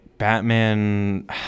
Batman